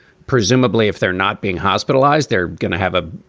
presumably if they're not being hospitalized, they're going to have a